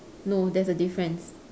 no there's a difference